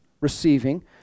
receiving